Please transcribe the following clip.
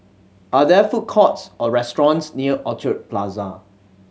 are there food courts or restaurants near Orchard Plaza